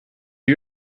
you